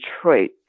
Detroit